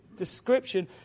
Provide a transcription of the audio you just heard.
description